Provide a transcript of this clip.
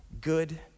good